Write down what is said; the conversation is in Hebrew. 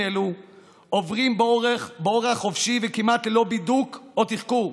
אלו עוברים באורח חופשי וכמעט ללא בידוק או תחקור.